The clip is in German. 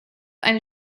eine